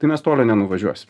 tai mes toli nenuvažiuos